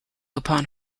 upon